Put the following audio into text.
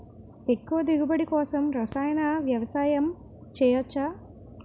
ఎక్కువ దిగుబడి కోసం రసాయన వ్యవసాయం చేయచ్చ?